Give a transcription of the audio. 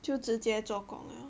就直接做工了